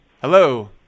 Hello